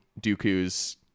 Dooku's